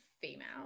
female